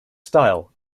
style